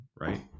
right